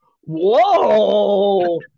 Whoa